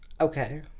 okay